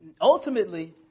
Ultimately